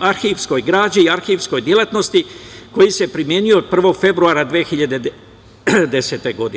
arhivskoj građi i arhivskoj delatnosti, koji se primenjuje od 1. februara 2010. godine.